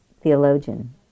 theologian